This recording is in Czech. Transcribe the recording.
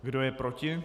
Kdo je proti?